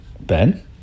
Ben